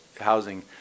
housing